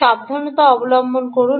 সাবধানতা অবলম্বন করুন